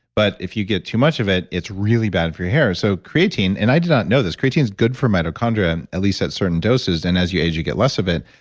but if you get too much of it it's really bad for your hair. so creatine, and i did not know this, creatine's good for mitochondria, mitochondria, and at least at certain doses, and as you age you get less of it,